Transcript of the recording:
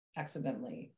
accidentally